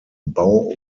bau